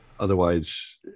Otherwise